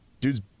Dude's